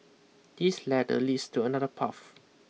this ladder leads to another path